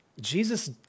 Jesus